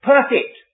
Perfect